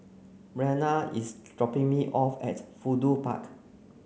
Marianna is dropping me off at Fudu Park